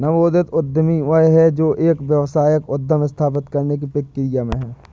नवोदित उद्यमी वह है जो एक व्यावसायिक उद्यम स्थापित करने की प्रक्रिया में है